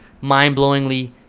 mind-blowingly